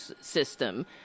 system